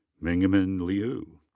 mingmin liu.